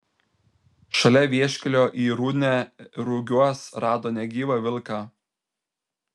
šalia vieškelio į rudnią rugiuos rado negyvą vilką